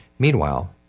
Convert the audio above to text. Meanwhile